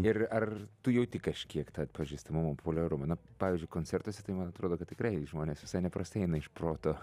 ir ar tu jauti kažkiek tą atpažįstamumą populiarumą na pavyzdžiui koncertuose tai man atrodo kad tikrai žmonės visai neprastai eina iš proto